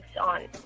on